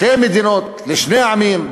שתי מדינות לשני עמים,